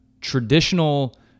traditional